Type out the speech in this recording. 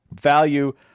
value